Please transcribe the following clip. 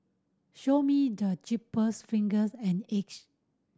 show me the cheapest fingers and Egypt